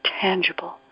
tangible